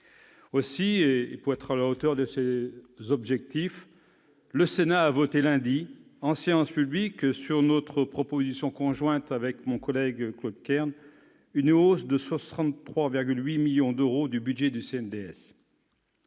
que nous soyons à la hauteur de ces objectifs, le Sénat a voté lundi dernier en séance publique, sur notre proposition conjointe avec notre collègue Claude Kern, une hausse de 63,8 millions d'euros du budget du CNDS.